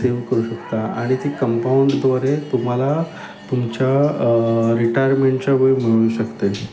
save करू शकता आणि ती कंपाऊंडद्वारे तुम्हाला तुमच्या रिटायरमेंटच्या वेळी मिळू शकते